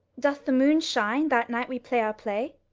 doth the moon shine that night we play our play?